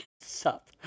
Sup